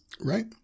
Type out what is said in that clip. Right